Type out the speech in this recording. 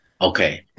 okay